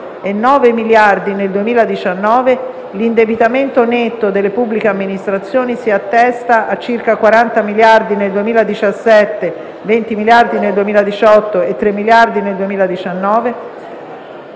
e 9 miliardi nel 2019, l'indebitamento netto delle pubbliche amministrazioni si attesta a circa 40 miliardi nel 2017, 20 miliardi nel 2018 e 3 miliardi nel 2019;